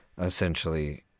essentially